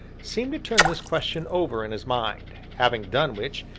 seemed to turn this question over in his mind having done which,